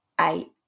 eight